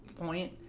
point